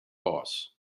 boss